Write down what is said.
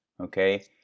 okay